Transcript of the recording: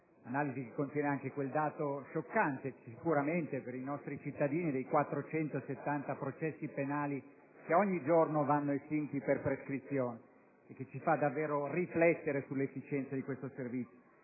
un'analisi che contiene anche quel dato sicuramente scioccante per i nostri cittadini dei 470 processi penali che ogni giorno vanno estinti per prescrizione e ciò ci fa davvero riflettere sull'efficienza di questo servizio.